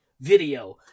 video